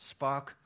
Spock